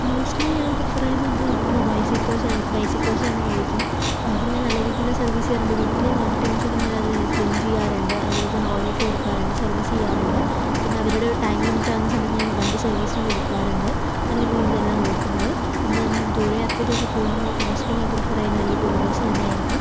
mostly ഞാൻ prefer ചെയ്യുന്നത് ഒരു ബൈസിക്കിൾ ബൈസിക്കിൾസ് തന്നെയായിരിക്കും അതു ഞാൻ നല്ല രീതിയിൽ സർവ്വീസ് ചെയ്യാറുണ്ട് വീക്കിലി വൺ ടൈം ശരി ഞാൻ അത് ക്ലീൻ ചെയ്യാറുണ്ട് അതുപോലെ തന്നെ ഓയിൽ ഇട്ടു കൊടുക്കാറുണ്ട് സർവ്വീസ് ചെയ്യാറുണ്ട് പിന്നെ അവരുടെ ഒരു ടൈം ലിമിറ്റ് ആവുന്ന സമയം ഞാൻ വണ്ടി സർവീസിനു കൊടുക്കാറുണ്ട് നല്ല രീതിയിൽ തന്നെയാണ് നോക്കുന്നത് പിന്നെ ദൂര യാത്രയ്ക്കൊക്കെ പോകുമ്പോൾ മോസ്റ്റലി ഞാൻ പ്രിഫെർ ചെയ്യുന്നത് ഈ ടൂ വീലേഴ്സ് തന്നെയായിരിക്കും